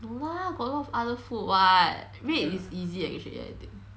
no lah got a lot of other food [what] red is easy actually I think